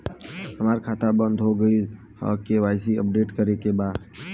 हमार खाता बंद हो गईल ह के.वाइ.सी अपडेट करे के बा?